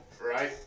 right